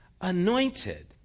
anointed